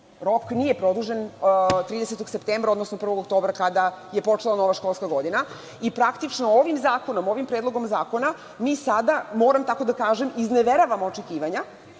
Rok nije produžen 30. septembra, odnosno 1. oktobra kada je počela nova školska godina i praktično ovim zakonom, ovim Predlogom zakona mi sada, moram tako da kažem, izneveravamo očekivanja